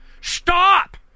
Stop